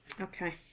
Okay